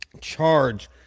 charge